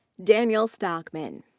daniel stockman.